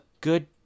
good